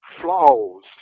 flaws